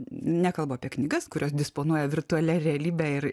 nekalba apie knygas kurios disponuoja virtualia realybe ir